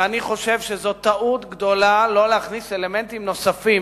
אני חושב שזו טעות גדולה לא להכניס אלמנטים נוספים,